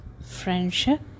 friendship